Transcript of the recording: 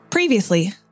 Previously